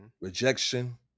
rejection